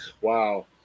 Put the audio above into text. Wow